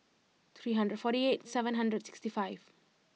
three hundred forty eight seven hundred sixty five